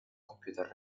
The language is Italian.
computer